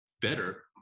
better